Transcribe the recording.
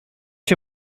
się